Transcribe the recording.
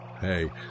hey